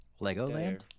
Legoland